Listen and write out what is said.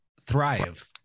thrive